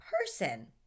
person